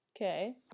Okay